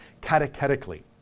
catechetically